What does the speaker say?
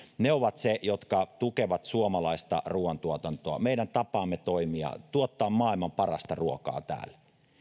ovat ne jotka tukevat suomalaista ruuantuotantoa meidän tapaamme toimia tuottaa maailman parasta ruokaa täällä